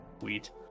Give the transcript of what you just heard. Sweet